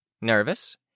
Nervous